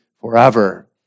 forever